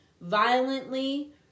violently